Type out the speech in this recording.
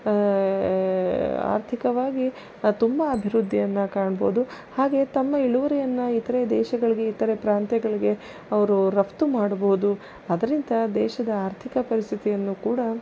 ಆರ್ಥಿಕವಾಗಿ ತುಂಬ ಅಭಿವೃದ್ಧಿಯನ್ನು ಕಾಣ್ಬೋದು ಹಾಗೇ ತಮ್ಮ ಇಳುವರಿಯನ್ನು ಇತರೇ ದೇಶಗಳಿಗೆ ಇತರೇ ಪ್ರಾಂತ್ಯಗಳಿಗೆ ಅವರು ರಫ್ತು ಮಾಡ್ಬೋದು ಅದರಿಂದ ದೇಶದ ಆರ್ಥಿಕ ಪರಿಸ್ಥಿತಿಯನ್ನು ಕೂಡಾ